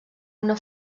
una